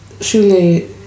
surely